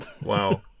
Wow